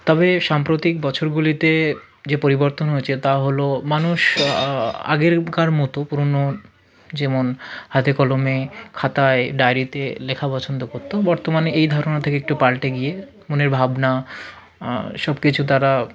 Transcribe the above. তবে সাম্প্রতিক বছরগুলিতে যে পরিবর্তন হয়েছে তা হলো মানুষ আগেকার মতো পুরনো যেমন হাতেকলমে খাতায় ডায়রিতে লেখা পছন্দ করত বর্তমানে এই ধারণা থেকে একটু পালটে গিয়ে মনের ভাবনা সব কিছু তারা